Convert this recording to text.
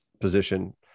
position